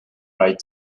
ride